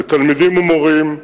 לתלמידים ומורים,